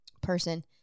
person